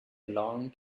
long